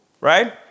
Right